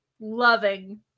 loving